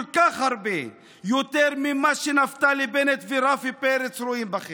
כל כך הרבה יותר ממה שנפתלי בנט ורפי פרץ רואים בכם,